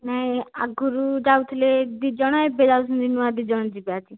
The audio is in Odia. ନାଇଁ ଆଗରୁ ଯାଉଥିଲେ ଦୁଇ ଜଣ ଏବେ ଯାଉଛନ୍ତି ନୂଆ ଦୁଇ ଜଣ ଯିବେ ଆଜି